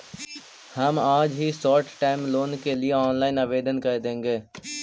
हम आज ही शॉर्ट टर्म लोन के लिए ऑनलाइन आवेदन कर देंगे